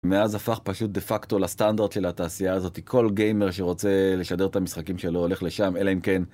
מאז הפך פשוט דה-פקטו לסטנדרט של התעשייה הזאתי, כל גיימר שרוצה לשדר את המשחקים שלו הולך לשם, אלא אם כן.